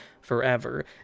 forever